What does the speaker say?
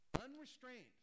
Unrestrained